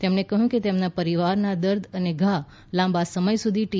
તેમણે કહ્યું તેમના પરિવારના દર્દ અને ઘા લાંબા સમય સુધી ટી